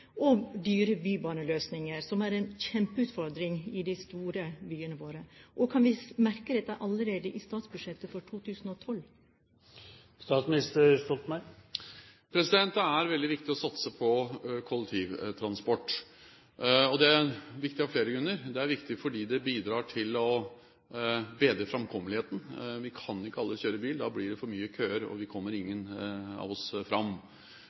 og dyre bybaneløsninger, som er en kjempeutfordring i de store byene våre, og kan vi merke dette allerede i statsbudsjettet for 2012? Det er veldig viktig å satse på kollektivtransport, og det er viktig av flere grunner. Det er viktig fordi det bidrar til å bedre framkommeligheten. Vi kan ikke alle kjøre bil, da blir det for mye køer, og ingen av oss kommer fram. Det er viktig av